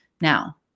Now